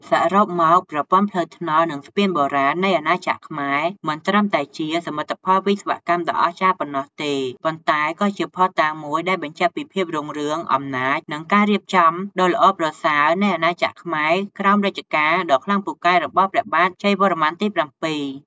សរុបមក ប្រព័ន្ធផ្លូវថ្នល់ និងស្ពានបុរាណនៃអាណាចក្រខ្មែរ មិនត្រឹមតែជាសមិទ្ធផលវិស្វកម្មដ៏អស្ចារ្យប៉ុណ្ណោះទេ ប៉ុន្តែក៏ជាភស្តុតាងមួយដែលបញ្ជាក់ពីភាពរុងរឿង អំណាច និងការរៀបចំដ៏ល្អប្រសើរនៃអាណាចក្រខ្មែរក្រោមរជ្ជកាលដ៏ខ្លាំងពូកែរបស់ព្រះបាទជ័យវរ្ម័នទី៧។